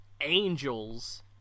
angels